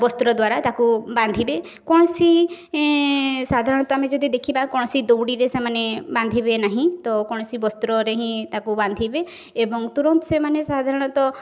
ବସ୍ତ୍ର ଦ୍ଵାରା ତାକୁ ବାନ୍ଧିବେ କୌଣସି ସାଧାରଣତଃ ଆମେ ଯଦି ଦେଖିବା କୌଣସି ଦଉଡ଼ିରେ ସେମାନେ ବାନ୍ଧିବେ ନାହିଁ ତ କୌଣସି ବସ୍ତ୍ରରେ ହିଁ ତାକୁ ବାନ୍ଧିବେ ଏବଂ ତୁରନ୍ତ ସେମାନେ ସାଧାରଣତଃ